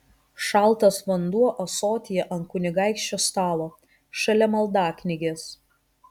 šaltas vanduo ąsotyje ant kunigaikščio stalo šalia maldaknygės